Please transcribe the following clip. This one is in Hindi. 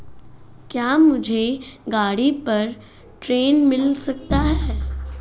क्या मुझे गाड़ी पर ऋण मिल सकता है?